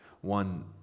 One